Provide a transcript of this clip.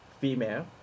female